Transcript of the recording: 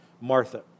Martha